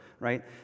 right